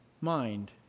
mind